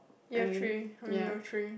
year three I'm year three